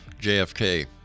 JFK